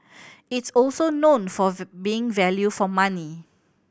it's also known for being value for money